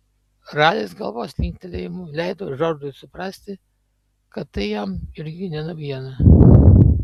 ralis galvos linktelėjimu leido džordžui suprasti kad tai jam irgi ne naujiena